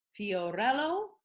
Fiorello